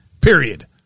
period